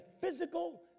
physical